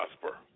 prosper